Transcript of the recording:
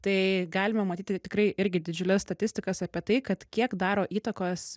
tai galima matyti tikrai irgi didžiules statistikas apie tai kad kiek daro įtakos